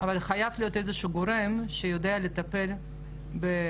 אבל חייב להיות איזה שהוא גורם שיודע לטפל ברבנים.